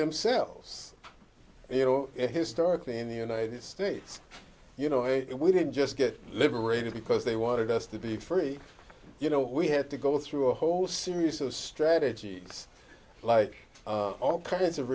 themselves you know historically in the united states you know and we didn't just get liberated because they wanted us to be free you know we had to go through a whole series of strategies like all kinds of